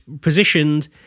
positioned